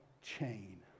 chain